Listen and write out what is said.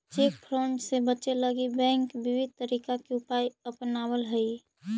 cheque fraud से बचे लगी बैंक विविध तरीका के उपाय अपनावऽ हइ